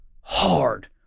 hard